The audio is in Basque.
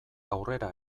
aurrera